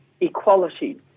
equality